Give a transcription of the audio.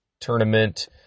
tournament